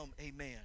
amen